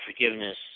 forgiveness